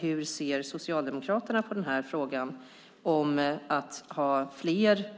Hur ser Socialdemokraterna på att ha fler